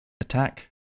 Attack